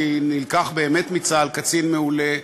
כי נלקח מצה"ל קצין מעולה,